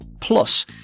Plus